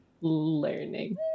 learning